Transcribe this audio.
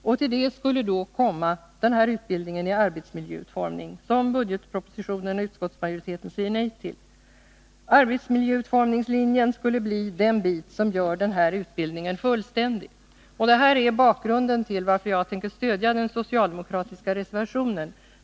Och till detta skulle då komma utbildningen i arbetsmiljöutformning, som budgetpropositionen och utskottsmajoriteten säger nej till. Arbetsmiljöutformningslinjen skulle bli den bit som gör den här utbildningen fullständig. Det här är bakgrunden till att jag tänker stödja den socialdemokratiska reservationen.